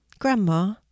Grandma